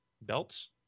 belts